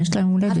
יש לה יום הולדת.